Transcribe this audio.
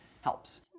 helps